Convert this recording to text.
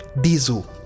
diesel